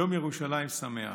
יום ירושלים שמח.